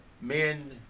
men